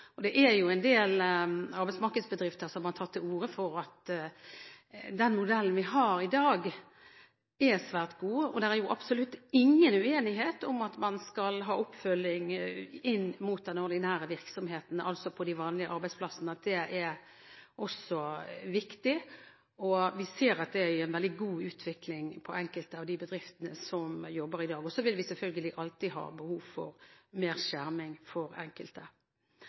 brukt. Det er jo en del arbeidsmarkedsbedrifter som har tatt til orde for at den modellen vi har i dag, er svært god. Det er absolutt ingen uenighet om at oppfølging i den ordinære virksomheten, altså på de vanlige arbeidsplassene, også er viktig. Vi ser at det vil gi en veldig god utvikling hos enkelte av de bedriftene som jobber i dag. Så vil vi selvfølgelig alltid ha behov for mer skjerming for enkelte.